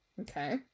Okay